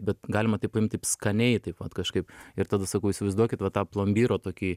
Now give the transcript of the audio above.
bet galima taip paimt taip skaniai taip vat kažkaip ir tada sakau įsivaizduokit va tą plombyro tokį